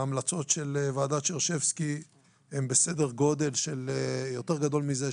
ההמלצות של ועדת שרשבסקי הן בסדר גודל יותר גדול מזה,